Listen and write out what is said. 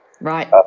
Right